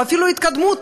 או אפילו התקדמות,